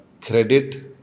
credit